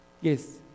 Yes